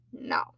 No